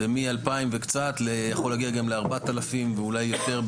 זה מ-2,000 וקצת ויכול להגיע גם ל-4,000 ואף יותר,